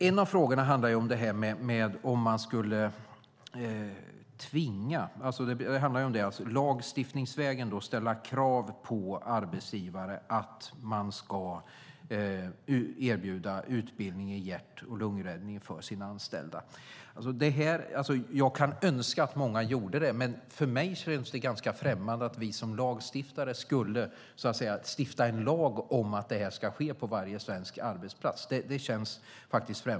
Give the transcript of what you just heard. En av frågorna handlar om att man lagstiftningsvägen skulle ställa krav på arbetsgivare att erbjuda utbildning i hjärt-lungräddning för sina anställda. Jag kan önska att många gjorde det, men för mig känns det ganska främmande att vi som lagstiftare skulle stifta en lag om att detta ska ske på varje svensk arbetsplats.